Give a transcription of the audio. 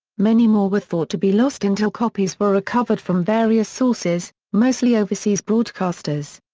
many more were thought to be lost until copies were recovered from various sources, mostly overseas broadcasters.